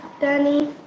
Danny